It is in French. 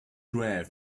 train